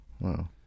Wow